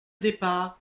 départ